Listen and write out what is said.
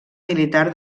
militar